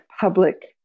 public